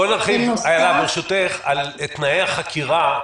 בואי נרחיב על תנאי החקירה.